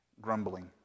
Grumbling